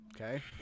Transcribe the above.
Okay